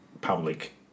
public